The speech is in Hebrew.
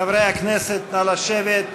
חברי הכנסת, נא לשבת.